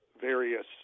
various